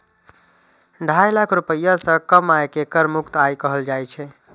ढाई लाख रुपैया सं कम आय कें कर मुक्त आय कहल जाइ छै